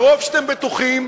מרוב שאתם בטוחים